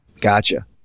Gotcha